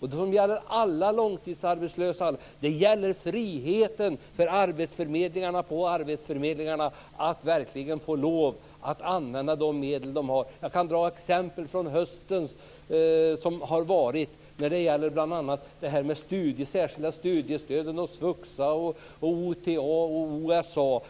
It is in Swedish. och som gäller alla långtidsarbetslösa handlar om friheten för arbetsförmedlarna på arbetsförmedlingarna att verkligen få lov att använda de medel som de har. Jag kan nämna ett exempel från i höstas och som gäller de särskilda studiestöden, svuxa, OTA och OSA.